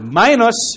minus